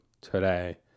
today